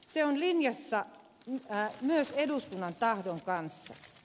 se on linjassa myös eduskunnan tahdon kanssa